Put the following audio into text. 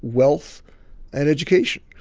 wealth and education.